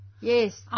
yes